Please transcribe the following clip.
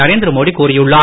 நரேந்திர மோடி கூறியுள்ளார்